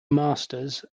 masters